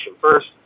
first